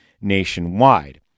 nationwide